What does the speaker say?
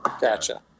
Gotcha